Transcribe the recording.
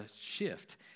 shift